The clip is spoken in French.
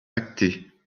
actées